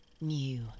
new